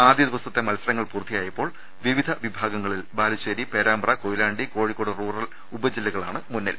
ആദ്യ ദിവസത്തെ മത്സര ങ്ങൾ പൂർത്തിയായപ്പോൾ വിവിധ വിഭാഗങ്ങളിൽ ബാലുശേരി പേരാ മ്പ്ര കൊയിലാണ്ടി കോഴിക്കോട് റൂറൽ ഉപജില്ലകളാണ് മുന്നിൽ